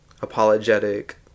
apologetic